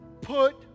put